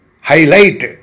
highlight